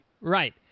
right